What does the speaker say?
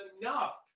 enough